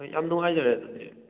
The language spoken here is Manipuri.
ꯍꯣꯏ ꯌꯥꯝ ꯅꯨꯡꯉꯥꯏꯖꯔꯦ ꯑꯗꯨꯗꯤ